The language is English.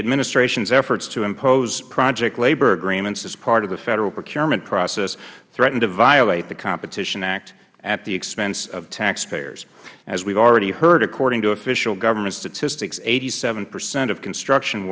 administrations efforts to impose project labor agreements as part of the federal procurement process threatens to violate the competition act at the expense of taxpayers as we have already heard according to official government statistics eighty seven percent of construction